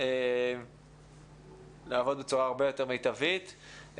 לעבוד בצורה יותר מיטבית.